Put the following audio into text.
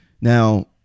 Now